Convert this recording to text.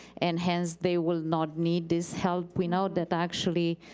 and hence, they will not need this help, we know that actually